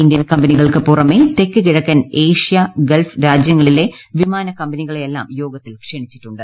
Indian കമ്പനികൾക്ക് പ്രുറമെ തെക്ക്കിഴക്കൻ ഏഷ്യ ഗൾഫ് രാജ്യങ്ങളിലെ വിമാന കമ്പനികളെയെല്ലാം യോഗത്തിലേക്ക് ക്ഷണിച്ചിട്ടുണ്ട്